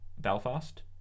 Belfast